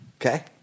Okay